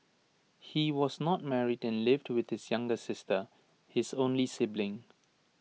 he was not married and lived with his younger sister his only sibling